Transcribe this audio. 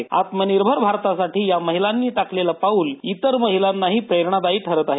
आत्मनिर्भर भारतासाठी या महिलांनी टाकलेलं पाऊल इतर महिलांनाही प्रेरणादायी ठरत आहे